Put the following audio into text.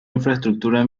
infraestructura